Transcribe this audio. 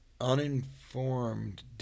uninformed